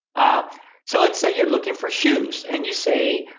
so let's say you're looking for shoes. and you say,